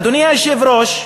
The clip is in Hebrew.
אדוני היושב-ראש,